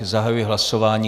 Zahajuji hlasování.